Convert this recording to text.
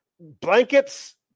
blankets